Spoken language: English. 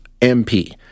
MP